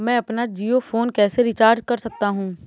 मैं अपना जियो फोन कैसे रिचार्ज कर सकता हूँ?